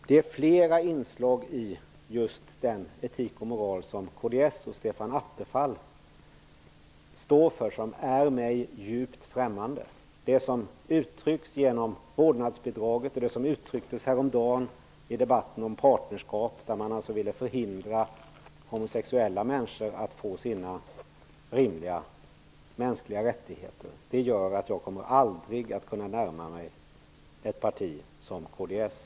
Det är flera inslag i just den etik och moral som kds och Stefan Attefall står för som är mig djupt främmande. Det är t.ex. sådant som uttrycks genom vårdnadsbidraget och det som uttrycktes i debatten om partnerskap häromdagen där man ville hindra homosexuella människor att få sina rimliga mänskliga rättigheter. Detta gör att jag aldrig kommer att kunna närma mig ett parti som kds.